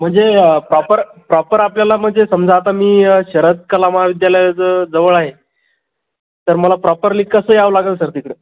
म्हणजे proper proper आपल्याला म्हणजे समजा आता मी शरद कला महाविद्यालया ज जवळ आहे तर मला प्रॉपरली कसं यावं लागेल सर तिकडं